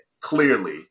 clearly